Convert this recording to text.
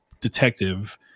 detective